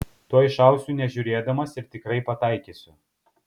tuoj šausiu nežiūrėdamas ir tikrai pataikysiu